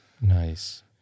nice